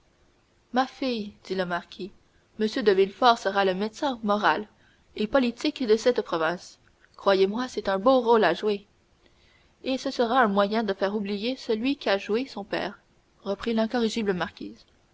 ma fille dit le marquis m de villefort sera le médecin moral et politique de cette province croyez-moi c'est un beau rôle à jouer et ce sera un moyen de faire oublier celui qu'a joué son père reprit l'incorrigible marquise